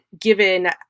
given